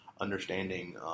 understanding